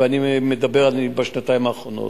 ואני מדבר על השנתיים האחרונות.